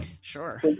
Sure